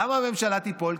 למה הממשלה תיפול?